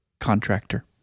contractor